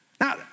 Now